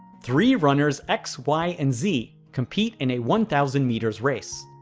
three runners x, y and z compete in a one thousand meters race.